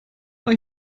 euch